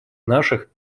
наших